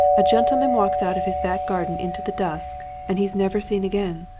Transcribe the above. a gentleman walks out of his back garden into the dusk and he's never seen again.